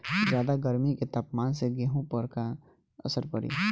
ज्यादा गर्मी के तापमान से गेहूँ पर का असर पड़ी?